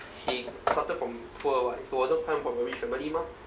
he started from poor [what] he wasn't come from a rich family mah